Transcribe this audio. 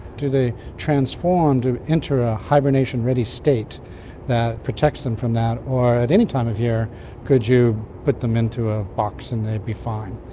do they transform to enter a hibernation-ready state that protects them from that, or at any time of year could you put them into a box and they'd be fine?